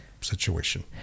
situation